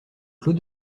clos